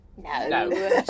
No